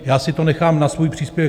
Já si to nechám na svůj příspěvek.